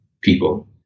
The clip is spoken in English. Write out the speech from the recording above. people